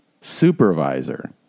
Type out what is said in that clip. supervisor